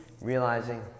realizing